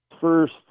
first